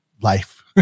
life